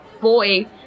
boy